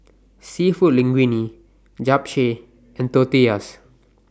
Seafood Linguine Japchae and Tortillas